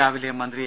രാവിലെ മന്ത്രി എ